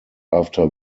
after